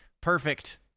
Perfect